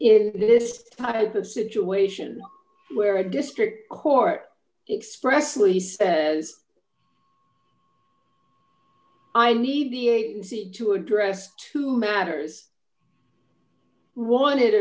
is the type of situation where a district court expressively says i need the agency to address to matters wanted